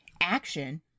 action